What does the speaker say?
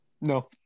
No